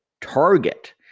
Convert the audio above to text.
Target